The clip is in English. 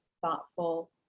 thoughtful